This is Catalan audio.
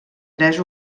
tres